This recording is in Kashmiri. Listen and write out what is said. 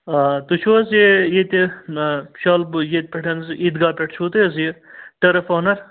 آ تُہۍ چھُ حظ یہِ ییٚتہِ نَہ شالبٕگۍ ییٛتہِ پٮ۪ٹھ عیٖد گاہ پٮ۪ٹھ چھُۄ حظ تُہۍ حظ یہِ ٹٔرٕف اونَر